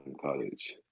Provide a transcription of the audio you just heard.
College